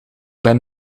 ben